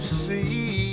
see